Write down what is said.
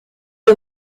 des